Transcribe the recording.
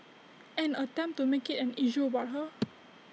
and attempt to make IT an issue about her